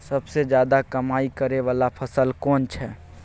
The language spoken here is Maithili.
सबसे ज्यादा कमाई करै वाला फसल कोन छै?